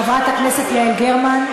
חברת הכנסת יעל גרמן,